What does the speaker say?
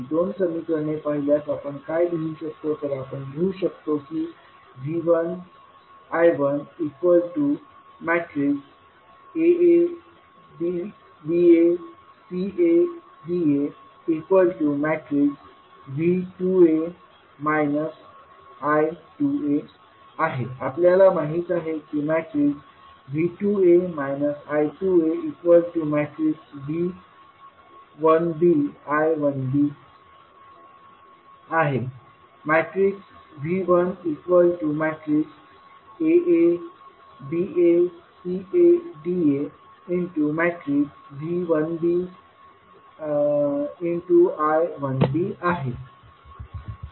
ही दोन समीकरणे पाहिल्यास आपण काय लिहू शकतो तर आपण लिहू शकतो की V1 I1Aa Ba Ca Da V2a I2a आपल्याला माहित आहे की V2a I2a V1b I1b V1Aa Ba Ca Da V1b I1b आहे